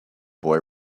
boy